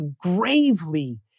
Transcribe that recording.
gravely